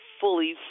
fully